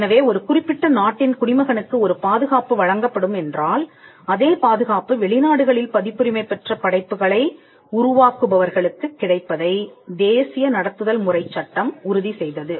எனவே ஒரு குறிப்பிட்ட நாட்டின் குடிமகனுக்கு ஒரு பாதுகாப்பு வழங்கப்படும் என்றால் அதே பாதுகாப்பு வெளிநாடுகளில் பதிப்புரிமை பெற்ற படைப்புகளை உருவாக்குபவர்களுக்குக் கிடைப்பதை தேசிய நடத்துதல் முறைச்சட்டம் உறுதிசெய்தது